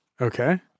Okay